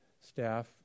staff